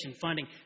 funding